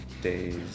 days